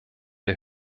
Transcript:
der